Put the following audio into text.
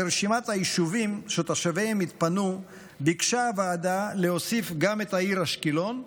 לרשימת היישובים שתושביהם התפנו ביקשה הוועדה להוסיף גם את העיר אשקלון,